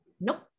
Nope